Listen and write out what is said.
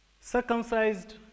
Circumcised